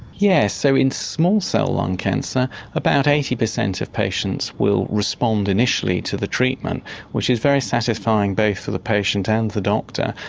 yes, so in small cell lung cancer about eighty percent of patients will respond initially to the treatment which is very satisfying both for the patient and the doctor.